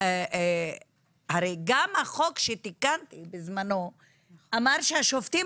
הרי גם החוק שתיקנו בזמנו אמר שהשופטים